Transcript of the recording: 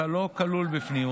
אתה לא כלול בפנים.